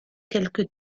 quelque